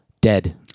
dead